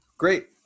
Great